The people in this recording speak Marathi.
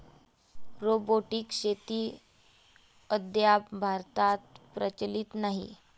रोबोटिक शेती अद्याप भारतात प्रचलित नाही